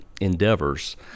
endeavors